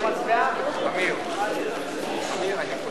ההסתייגות של חברי הכנסת יוחנן